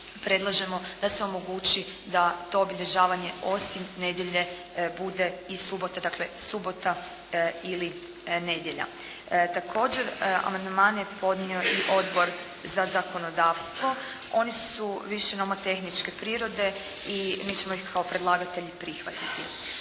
predlažemo da se omogući da to obilježavanje osim nedjelje bude i subota. Dakle subota ili nedjelja. Također amandmane je podnio i Odbor za zakonodavstvo. Oni su više nomotehničke prirode i mi ćemo ih kao predlagatelji prihvatiti.